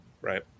right